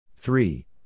Three